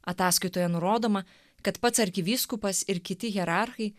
ataskaitoje nurodoma kad pats arkivyskupas ir kiti hierarchai